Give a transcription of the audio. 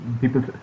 people